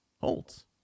holds